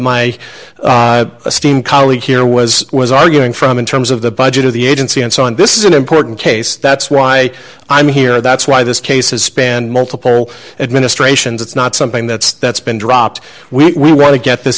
my esteemed colleague here was was arguing from in terms of the budget of the agency and so on this is an important case that's why i'm here that's why this case has spanned multiple administrations it's not something that's that's been dropped we want to get this